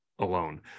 alone